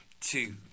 two